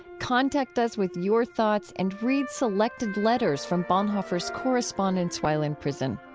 contact us with your thoughts and read selected letters from bonhoeffer's correspondence while in prison.